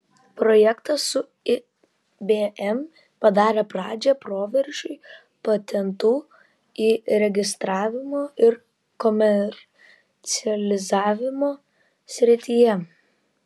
projektas su ibm padarė pradžią proveržiui patentų įregistravimo ir komercializavimo srityje